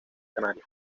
canarias